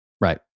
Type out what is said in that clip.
Right